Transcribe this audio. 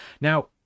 Now